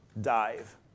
dive